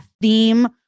theme